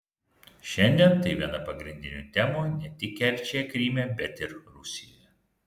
šiandien tai viena pagrindinių temų ne tik kerčėje kryme bet ir rusijoje